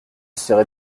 serai